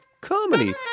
comedy